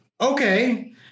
Okay